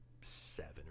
seven